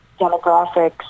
demographics